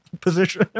position